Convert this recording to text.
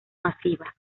masiva